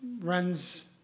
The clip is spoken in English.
runs